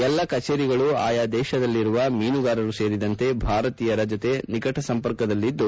ಎಲ್ಲಾ ಕಚೇರಿಗಳು ಆಯಾ ದೇಶದಲ್ಲಿರುವ ಮೀನುಗಾರರು ಸೇರಿದಂತೆ ಭಾರತೀಯರ ಜೊತೆ ನಿಕಟ ಸಂಪರ್ಕದಲ್ಲಿದ್ದು